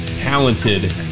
talented